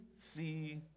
see